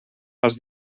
els